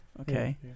Okay